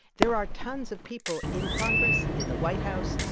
there are tons of people in congress, in the white house,